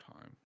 time